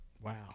Wow